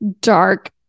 dark